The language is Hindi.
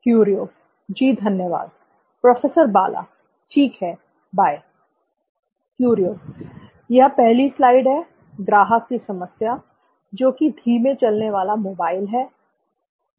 क्युरिओ जी धन्यवाद प्रोफेसर बाला ठीक है बाय क्युरिओ यह पहली स्लाइड है ग्राहक की समस्या जो की धीमे चलने वाला मोबाइल है